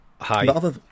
Hi